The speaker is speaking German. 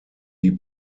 die